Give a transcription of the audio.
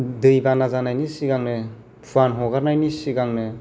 दैबाना जानायनि सिगांनो फुवान हगारनायनि सिगांनो